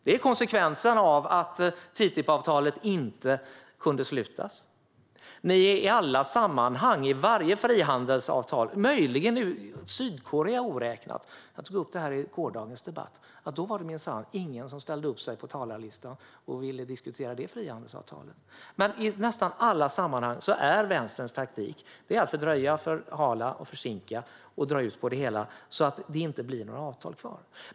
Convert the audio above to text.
Det är konsekvensen av att TTIP-avtalet inte kunde slutas. Det går igen i alla sammanhang och i varje frihandelsavtal - Sydkorea möjligen oräknat. Jag tog upp det i gårdagens debatt. Det var minsann ingen som satte upp sig på talarlistan och ville diskutera det frihandelsavtalet. Men i nästan alla sammanhang är Vänsterns taktik att fördröja, förhala, försinka och dra ut på det hela så att det inte blir några avtal kvar.